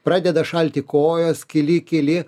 pradeda šalti kojos kyli kyli